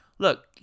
Look